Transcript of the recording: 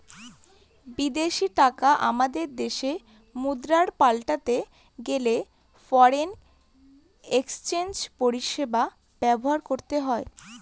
বিদেশী টাকা আমাদের দেশের মুদ্রায় পাল্টাতে গেলে ফরেন এক্সচেঞ্জ পরিষেবা ব্যবহার করতে হয়